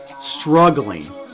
struggling